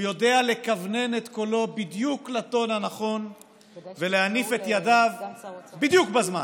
הוא יודע לכוונן את קולו בדיוק לטון הנכון ולהניף את ידיו בדיוק בזמן.